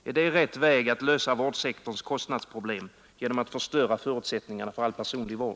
Är det rätt väg att lösa vårdsektorns kostnadsproblem genom att förstöra förutsättningarna för all personlig vård?